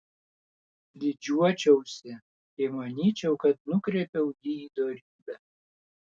didžiuočiausi jei manyčiau kad nukreipiau jį į dorybę